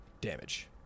damage